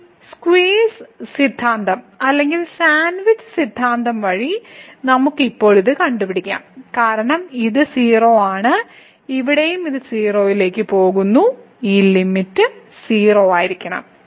ഈ സ്ക്വിസ് സിദ്ധാന്തം അല്ലെങ്കിൽ സാൻഡ്വിച്ച് സിദ്ധാന്തം വഴി നമുക്ക് ഇപ്പോൾ ഇത് കണ്ടുപിടിക്കാം കാരണം ഇത് 0 ആണ് ഇവിടെയും ഇത് 0 ലേക്ക് പോകുന്നു ഈ ലിമിറ്റ് 0 ആയിരിക്കണം